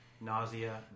nausea